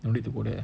no need to go there